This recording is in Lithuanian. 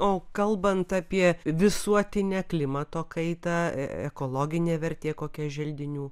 o kalbant apie visuotinę klimato kaita ekologinė vertė kokia želdinių